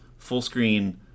Fullscreen